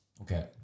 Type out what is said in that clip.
Okay